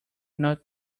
not